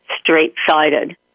straight-sided